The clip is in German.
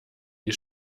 die